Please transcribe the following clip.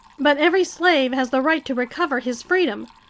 but every slave has the right to recover his freedom!